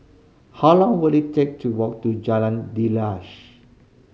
how long will it take to walk to Jalan Daliah